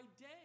day